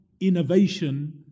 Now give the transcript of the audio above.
innovation